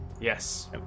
Yes